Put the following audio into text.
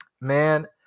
man